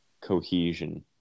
cohesion